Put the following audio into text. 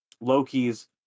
Loki's